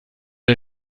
der